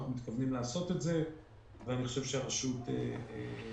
אנחנו מתכוונים לעשות את זה ואני חושב שהרשות גם